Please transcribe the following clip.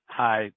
hi